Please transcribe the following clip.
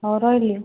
ହଉ ରହିଲି